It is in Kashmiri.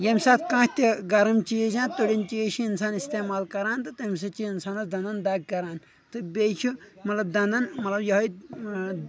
ییٚمہِ ساتہٕ کانٛہہ تہِ گرم چیٖز یا تٕرنۍ چیٖز چھِ انسان استعمال کران تہٕ تمہِ سۭتۍ چھِ انسانس دنٛدن دگ کران تہٕ بیٚیہِ چھُ مطلب دنٛدن مطلب یہٕے